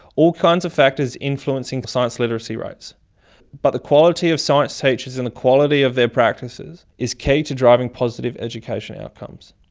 all kinds of factors influencing science literacy rates but the quality of science teachers and the quality of their practises is key to driving positive education outcomes.